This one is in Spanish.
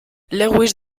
lewis